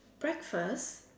breakfast